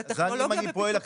זו טכנולוגיה בפיתוחים.